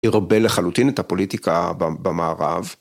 עירבל לחלוטין את הפוליטיקה במערב.